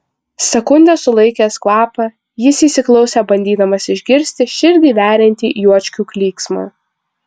sekundę sulaikęs kvapą jis įsiklausė bandydamas išgirsti širdį veriantį juočkių klyksmą